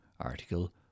Article